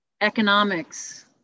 economics